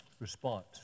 response